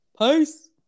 Peace